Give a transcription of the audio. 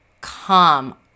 come